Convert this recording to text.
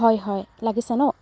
হয় হয় লাগিছে ন